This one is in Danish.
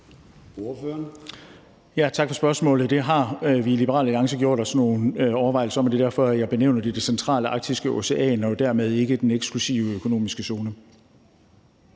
Tak for spørgsmålet. Det har vi i Liberal Alliance gjort os nogle overvejelser om, og det er derfor, jeg benævner det det centrale arktiske ocean og dermed ikke den eksklusive økonomiske zone.